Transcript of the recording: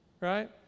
right